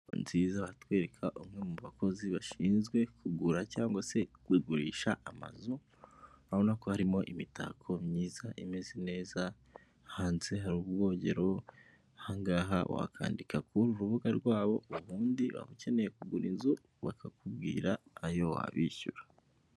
Inzu nziza baratwereka umwe mu bakozi bashinzwe kugura cyangwa se kugurisha amazu, urabona ko harimo imitako myiza imeze neza, hanze hari ubwogero aha ngaha wakandika kuri uru rubuga rwabo, ubundi ukeneye kugura inzu bakakubwira ayo wabishyura.